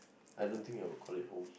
I don't think I'll call it home